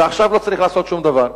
ועכשיו לא צריך לעשות שום דבר.